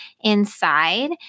inside